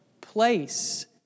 place